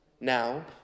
Now